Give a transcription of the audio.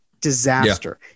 disaster